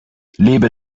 lebe